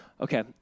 Okay